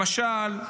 למשל,